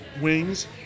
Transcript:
Wings